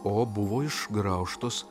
o buvo išgraužtos